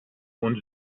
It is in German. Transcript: und